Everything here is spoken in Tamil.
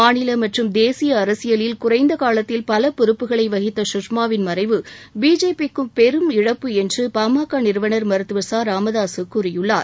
மாநில மற்றும் தேசிய அரசியலில் குறைந்த காலத்தில் பல பொறுப்புகளை வகித்த சுஷ்மாவின் மறைவு பிஜேபிக்கும் பெரும் இழப்பு என்று பாமக நிறுவனர் மருத்துவர் ராமதாசு கூறியுள்ளார்